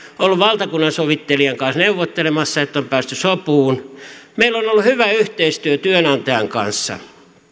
ollut valtakunnansovittelijan kanssa neuvottelemassa että on päästy sopuun meillä on ollut hyvä yhteistyö työnantajan kanssa